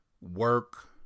work